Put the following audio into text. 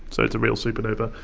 so it's a real supernova,